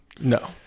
no